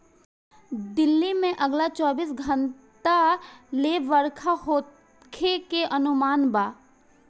दिल्ली में अगला चौबीस घंटा ले बरखा होखे के अनुमान बा